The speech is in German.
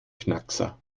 knackser